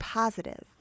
positive